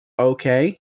okay